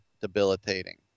debilitating